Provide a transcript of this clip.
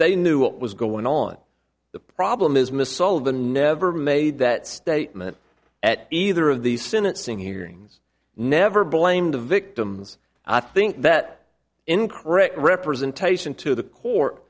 they knew what was going on the problem is miss all of the never made that statement at either of these sentencing hearings never blame the victims i think that incorrect representation to the court